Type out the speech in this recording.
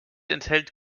enthält